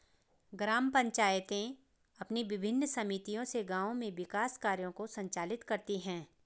ग्राम पंचायतें अपनी विभिन्न समितियों से गाँव में विकास कार्यों को संचालित करती हैं